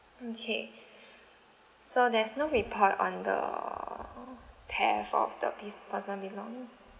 okay so there's no report on the theft of the pers~ personal belonging